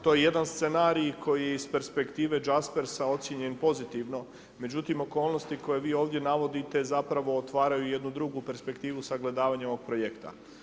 To je jedan scenarij koji je iz perspektive … ocjenjen pozitivno, međutim, okolnosti koje vi ovdje navodite, zapravo otvaraju jednu drugu perspektivu sagledavanja ovog projekta.